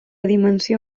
dimensió